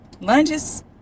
Lunges